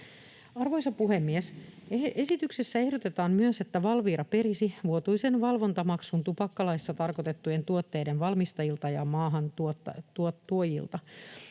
Arvoisa puhemies! Esityksessä ehdotetaan myös, että Valvira perisi vuotuisen valvontamaksun tupakkalaissa tarkoitettujen tuotteiden valmistajilta ja maahantuojilta.